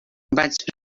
vaig